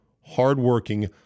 hardworking